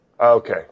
Okay